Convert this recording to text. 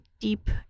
deep